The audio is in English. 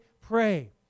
pray